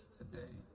today